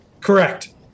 Correct